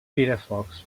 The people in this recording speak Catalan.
firefox